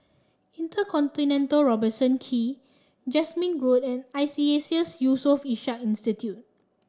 InterContinental Robertson Quay Jasmine Road and Iseas Yusof Ishak Institute